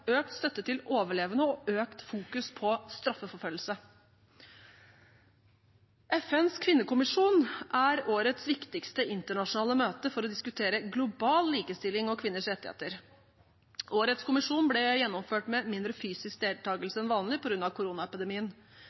økt støtte til overlevende og økt fokus på straffeforfølgelse. FNs kvinnekommisjon er årets viktigste internasjonale møte for å diskutere global likestilling og kvinners rettigheter. Årets kommisjon ble gjennomført med mindre fysisk deltakelse enn vanlig på grunn av koronaepidemien.